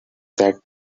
that